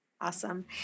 Awesome